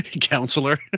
Counselor